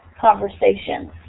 conversations